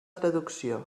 traducció